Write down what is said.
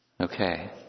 Okay